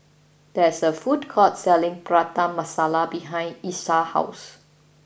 there is a food court selling Prata Masala behind Isiah's house